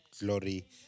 glory